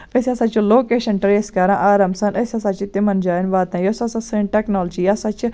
أسۍ ہسا چھِ لوکیشن ٹریس کران آرام سا أسۍ ہسا چھِ تِمن جاین واتان یۄس ہسا سٲنۍ ٹیکنالکی یہِ سا چھِ